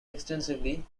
extensively